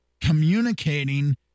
communicating